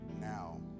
Now